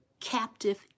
captive